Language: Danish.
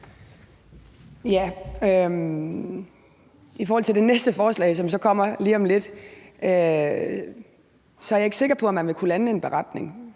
I forhold til det forslag, der kommer lige om lidt, er jeg ikke sikker på, at man vil kunne lande en beretning.